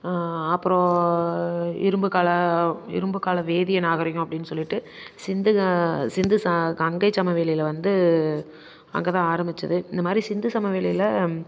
அப்புறம் இரும்புக்கால இரும்புக்கால வேதிய நாகரிகம் அப்படின்னு சொல்லிவிட்டு சிந்து சிந்து ச கங்கை சமவெளியில் வந்து அங்கே தான் ஆரம்பித்தது இந்தமாதிரி சிந்து சமவெளியில்